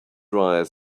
dryer